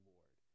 Lord